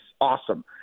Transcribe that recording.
awesome